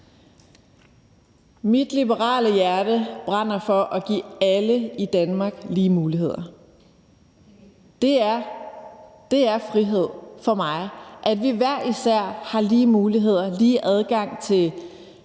Mit liberale hjerte brænder for at give alle i Danmark lige muligheder. Det er frihed for mig, at vi hver især har lige muligheder, lige adgang til